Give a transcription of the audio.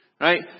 right